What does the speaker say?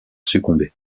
succomber